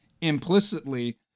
implicitly